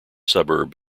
suburb